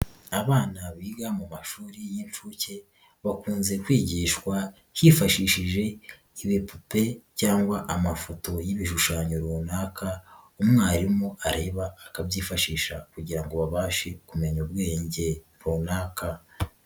Abana biga mu mashuri y'inshuke, bakunze kwigishwa hifashishije ibipupe cyangwa amafoto y'ibishushanyo runaka, umwarimu areba akabyifashisha kugira ngo babashe kumenya ubwenge runaka.